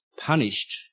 punished